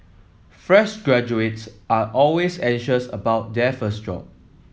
fresh graduates are always anxious about their first job